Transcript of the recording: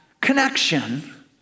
connection